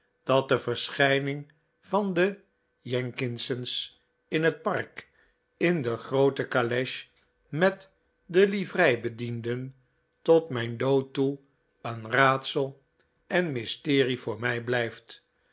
dat de verschijning van de jenkinses in het park in de groote caleche met de livreibedienden tot mijn dood toe een raadsel en mysterie voor mij blijft